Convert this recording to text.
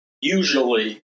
usually